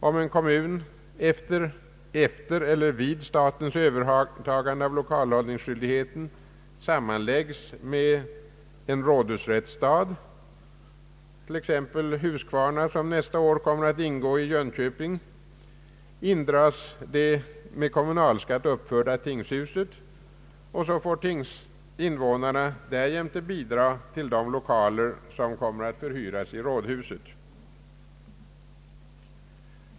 Om en kommun efter eller vid statens övertagande av lokalhållningsskyldigheten sammanläggs med en rådhusrättsstad, t.ex. Huskvarna som nästa år kommer att ingå i Jönköping, indras det med kommunalskattemedel uppförda tingshuset, och därjämte får invånarna bidra med de lokaler som kommer att förhyras i rådhuset.